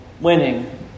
winning